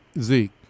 Zeke